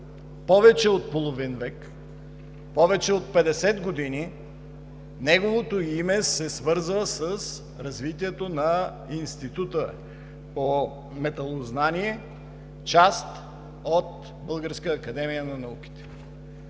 повече от половин век, повече от 50 години неговото име се свързва с развитието на Института по металознание – част от Българската академия на науките.